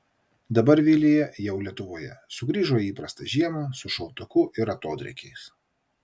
dabar vilija jau lietuvoje sugrįžo į įprastą žiemą su šaltuku ir atodrėkiais